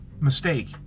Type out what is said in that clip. mistake